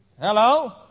Hello